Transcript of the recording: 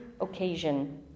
occasion